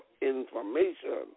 information